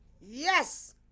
Yes